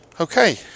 Okay